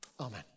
Amen